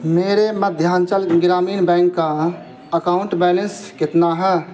میرے مدھیانچل گرامین بینک کا account balance کتنا ہے